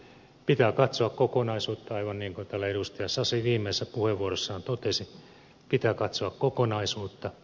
pitää katsoa kokonaisuutta aivan niin kuin täällä edustaja sasi viimeisessä puheenvuorossaan totesi pitää katsoa kokonaisuutta